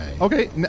Okay